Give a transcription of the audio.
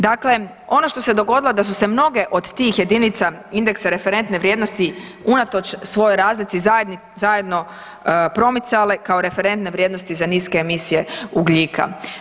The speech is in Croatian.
Dakle, ono što se dogodilo da su se mnoge od tih jedinica indeksa referentne vrijednosti unatoč svojoj razlici zajedno promicale kao referentne vrijednosti za niske emisije ugljika.